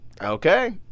Okay